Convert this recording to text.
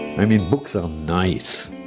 i mean, books are nice,